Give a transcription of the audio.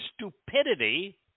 stupidity